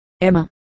Emma